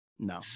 No